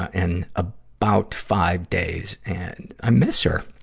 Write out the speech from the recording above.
ah in ah about five days. and, i miss her.